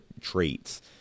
traits